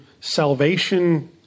salvation